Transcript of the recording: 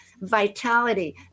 vitality